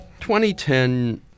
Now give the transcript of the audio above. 2010